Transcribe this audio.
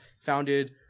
founded